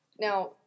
now